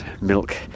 Milk